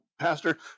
Pastor